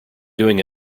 doing